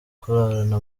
kurarana